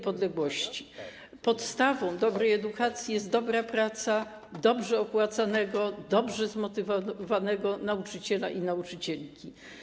Podstawą dobrej edukacji jest dobra praca dobrze opłacanych, dobrze zmotywowanych nauczyciela i nauczycielki.